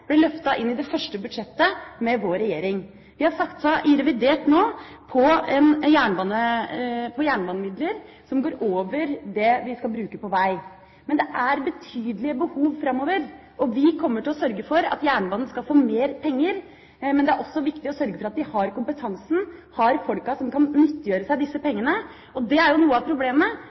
ble løftet inn i det første budsjettet med vår regjering. Vi har satset i revidert nå på jernbanemidler, som går over det vi skal bruke på vei. Men det er betydelige behov framover. Vi kommer til å sørge for at jernbanen skal få mer penger, men det er også viktig å sørge for at de har kompetansen, har folkene som kan nyttiggjøre seg disse pengene. Det er jo noe av problemet,